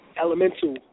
elemental